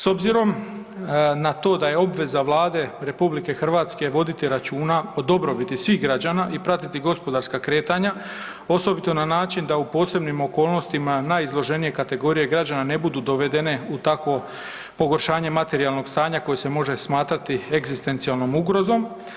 S obzirom na to da je obveza Vlade RH voditi računa o dobrobiti svih građana i pratiti gospodarska kretanja osobito na način da u posebnim okolnostima najizloženije kategorije građana ne budu dovedene u takvo pogoršanje materijalnog stanja koje se smatrati egzistencijalnom ugrozom.